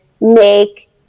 make